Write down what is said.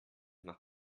nach